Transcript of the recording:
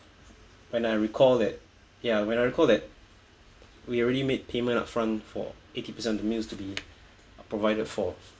when I recall that ya when I recall that we already made payment upfront for eighty percent of the meals to be provided for